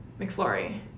McFlurry